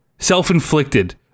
Self-inflicted